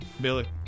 Billy